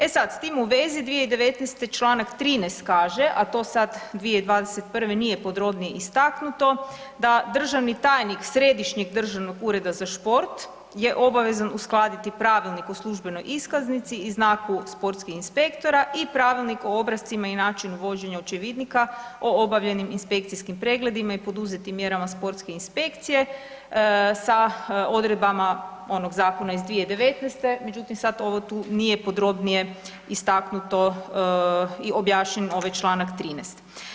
E sad, s tim u vezi 2019. čl. 13. kaže, a to sad 2021. nije podrobnije istaknuto da državni tajnik Središnjeg državnog ureda za sport je obavezan uskladiti Pravilnik o službenoj iskaznici i znaku sportskih inspektora i Pravilnik o obrascima i načinu vođenja očevidnika o obavljenim inspekcijskim pregledima i poduzetim mjerama sportske inspekcije sa odredbama onog zakona iz 2019., međutim sada ovo tu nije podrobnije istaknuto i objašnjen ovaj čl. 13.